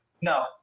no